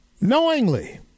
Knowingly